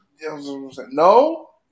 No